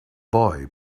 boy